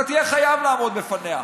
אתה תהיה חייב לעמוד בפניה.